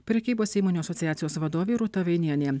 prekybos įmonių asociacijos vadovė rūta vainienė